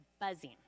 buzzing